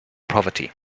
poverty